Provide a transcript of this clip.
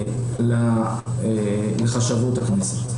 לחשבות הכנסת.